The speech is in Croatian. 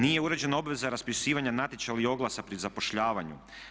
Nije uređena obveza raspisivanja natječaja i oglasa pri zapošljavanju.